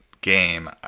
game